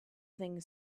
thing